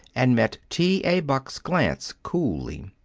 and met t. a. buck's glance coolly.